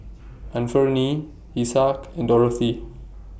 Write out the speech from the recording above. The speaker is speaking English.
Anfernee Isaak and Dorothea